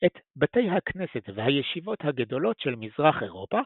את בתי הכנסת והישיבות הגדולות של מזרח אירופה,